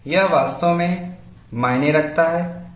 यह वास्तव में मायने रखता है